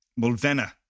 Mulvena